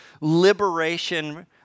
liberation